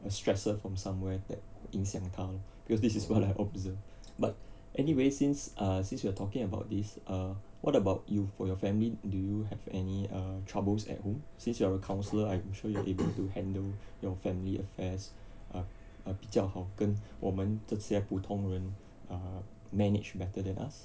a stresser from somewhere that 影响他咯 because this is what I observed but anyway since uh since you are talking about this err what about you for your family do you have any err troubles at home since you are a counsellor I'm sure you're able to handle your family affairs err err 比较好跟我们这些普通人 err managed better than us